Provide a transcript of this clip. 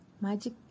Magic